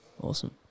awesome